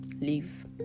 leave